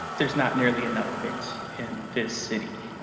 there's not nearly enough of it in this city.